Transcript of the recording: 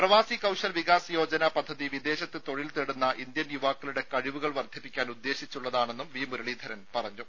പ്രവാസി കൌശൽ വികാസ് യോജന പദ്ധതി വിദേശത്ത് തൊഴിൽ തേടുന്ന ഇന്ത്യൻ യുവാക്കളുടെ കഴിവുകൾ വർദ്ധിപ്പിക്കാൻ ഉദ്ദേശിച്ചുള്ളതാണെന്നും വി മുരളീധരൻ പറഞ്ഞു